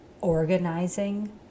organizing